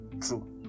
True